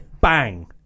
Bang